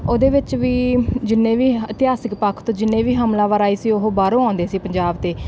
ਉਹਦੇ ਵਿੱਚ ਵੀ ਜਿੰਨੇ ਵੀ ਇਤਿਹਾਸਿਕ ਪੱਖ ਤੋਂ ਜਿੰਨੇ ਵੀ ਹਮਲਾਵਰ ਆਏ ਸੀ ਉਹ ਬਾਹਰੋਂ ਆਉਂਦੇ ਸੀ ਪੰਜਾਬ 'ਤੇ